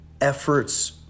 efforts